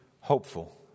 hopeful